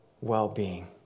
well-being